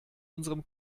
unserem